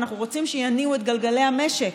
ואנחנו רוצים שיניעו את גלגלי המשק.